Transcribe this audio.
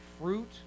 fruit